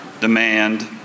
demand